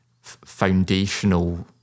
foundational